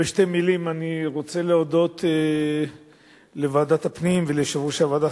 בשתי מלים אני רוצה להודות לוועדת הפנים וליושב-ראש הוועדה,